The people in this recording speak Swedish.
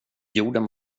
jorden